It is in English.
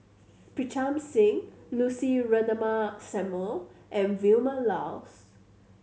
Pritam Singh Lucy Ratnammah Samuel and Vilma Laus